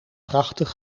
prachtig